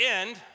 end